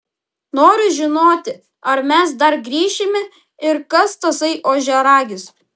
noriu žinoti ar mes dar grįšime ir kas tasai ožiaragis